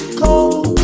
cold